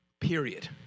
period